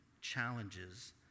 challenges